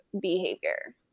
behavior